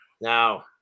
Now